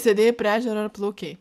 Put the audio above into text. sėdėjai prie ežero ar plaukei